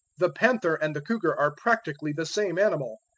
the panther and the cougar are practically the same animal.